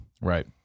Right